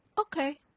okay